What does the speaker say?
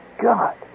God